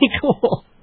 cool